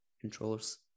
controllers